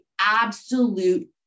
absolute